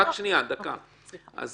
אני